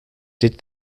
did